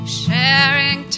sharing